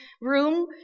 room